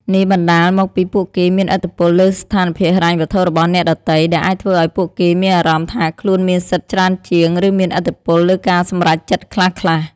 នេះបណ្ដាលមកពីពួកគេមានឥទ្ធិពលលើស្ថានភាពហិរញ្ញវត្ថុរបស់អ្នកដទៃ ដែលអាចធ្វើឲ្យពួកគេមានអារម្មណ៍ថាខ្លួនមានសិទ្ធិច្រើនជាង ឬមានឥទ្ធិពលលើការសម្រេចចិត្តខ្លះៗ។